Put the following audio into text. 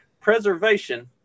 preservation